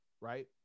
right